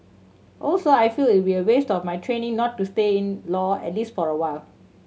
also I feel it'd be a waste of my training not to stay in law at least for a while